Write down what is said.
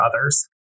others